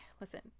listen